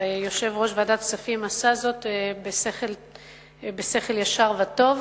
יושב-ראש ועדת הכספים עשה זאת בשכל ישר וטוב.